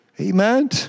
Amen